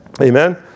Amen